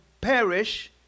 perish